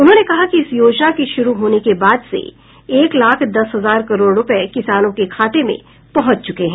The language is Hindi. उन्होंने कहा कि इस योजना के शुरू होने के बाद से एक लाख दस हजार करोड़ रुपये किसानों के खाते में पहुंच चुके हैं